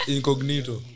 Incognito